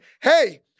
hey